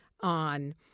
on